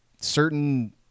certain